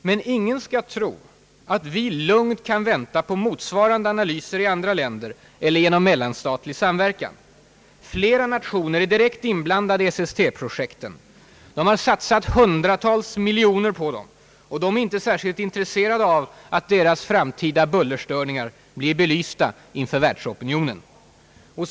Men ingen skall tro att vi lugnt kan vänta på motsvarande analyser i andra länder eller genom mellanstatlig samverkan. Flera nationer är direkt inblandade i SST-projekten. De har satsat hundratals miljoner på dem, och de är inte särskilt intresserade av att deras framtida bullerstörningar blir belysta inför världsopinionen.